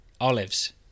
olives